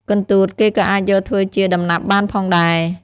កន្ទួតគេក៏អាចយកធ្វើជា ដំណាប់បានផងដែរ។